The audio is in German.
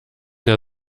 der